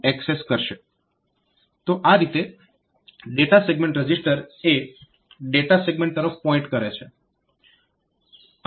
તો આ રીતે ડેટા સેગમેન્ટ રજીસ્ટર એ ડેટા સેગમેન્ટ તરફ પોઇન્ટ કરે છે